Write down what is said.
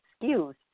excuse